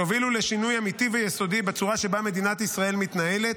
שהובילו לשינוי אמיתי ויסודי בצורה שבה מדינת ישראל מתנהלת.